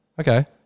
Okay